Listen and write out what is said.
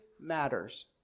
matters